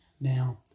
Now